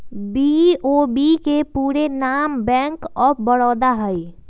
BOB के पूरे नाम बैंक ऑफ बड़ौदा हइ